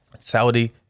Saudi